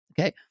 Okay